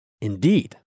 Indeed